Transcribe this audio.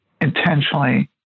intentionally